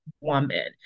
woman